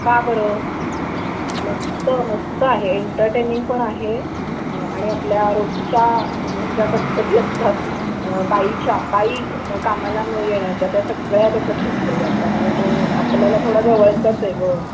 का बरं मस्त मस्त आहे एंटरटेनिंग पण आहे आणि आपल्या रोजच्या ज्या कटकटी असतात बाईच्या बाई कामाला न येण्याच्या त्या सगळ्या त्याच्यात घेतलेल्या आहेत त्यामुळे तो आपल्याला थोडा जवळचाच आहे गं